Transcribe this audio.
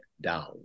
down